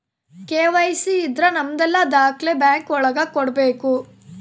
KYC ಇದ್ರ ನಮದೆಲ್ಲ ದಾಖ್ಲೆ ಬ್ಯಾಂಕ್ ಒಳಗ ಕೊಡ್ಬೇಕು